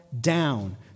down